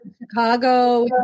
Chicago